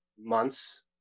months